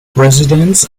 residents